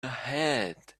ahead